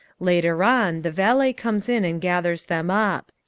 later on the valet comes in and gathers them up.